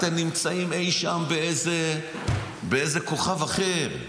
אתם נמצאים אי-שם באיזה כוכב אחר.